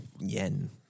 Yen